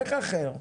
איך אחר?